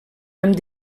amb